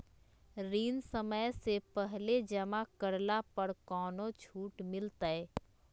ऋण समय से पहले जमा करला पर कौनो छुट मिलतैय?